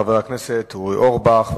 חבר הכנסת אורי אורבך,